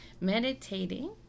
meditating